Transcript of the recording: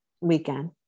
weekend